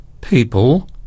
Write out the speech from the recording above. people